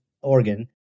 organ